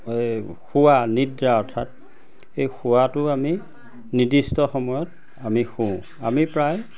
শোৱা নিদ্ৰা অৰ্থাৎ এই শোৱাটো আমি নিৰ্দিষ্ট সময়ত আমি শুওঁ আমি প্ৰায়